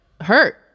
hurt